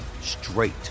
straight